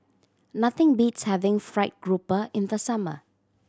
nothing beats having fried grouper in the summer